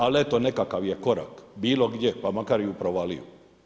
Ali eto nekakav je korak, bilo gdje pa makar i u provaliju.